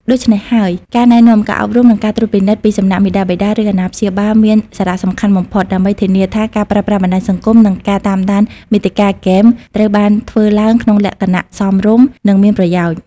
ដូច្នេះហើយ ការណែនាំ ការអប់រំ និងការត្រួតពិនិត្យពីសំណាក់មាតាបិតា ឬអាណាព្យាបាល មានសារៈសំខាន់បំផុត ដើម្បីធានាថាការប្រើប្រាស់បណ្តាញសង្គម និងការតាមដានមាតិកាហ្គេម ត្រូវបានធ្វើឡើងក្នុងលក្ខណៈសមរម្យ និងមានប្រយោជន៍។